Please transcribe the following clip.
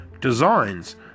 designs